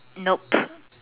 nope